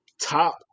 top